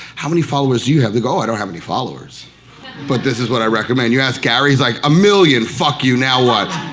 how many followers do you have? they go oh, i don't have any followers but this is what i recommend. you ask gary, he's like, a million. fuck you, now what?